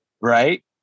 right